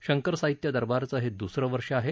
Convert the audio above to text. शंकर साहित्य दरबारचं हे द्सरं वर्ष आहे